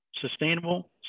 sustainable